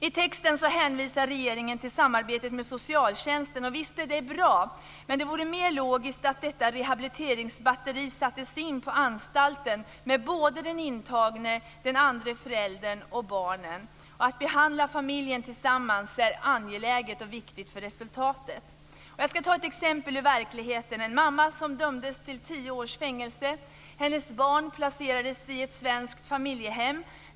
I texten hänvisar regeringen till samarbetet med socialtjänsten och visst är det bra. Men det vore mera logiskt att detta rehabiliteringsbatteri sattes in på anstalten med såväl den intagne som den andra föräldern och barnen. Att behandla familjen tillsammans är angeläget och viktigt för resultatet. Jag ska ta ett exempel ur verkligheten. Det gäller en mamma som dömdes till tio års fängelse. Hennes barn placerades i ett svenskt familjehem.